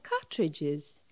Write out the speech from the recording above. cartridges